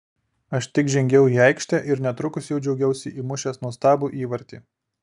aš tik žengiau į aikštę ir netrukus jau džiaugiausi įmušęs nuostabų įvartį